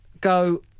go